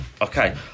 okay